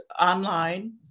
online